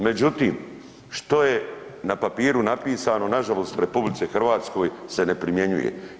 Međutim, što je na papiru napisano na žalost u RH se ne primjenjuje.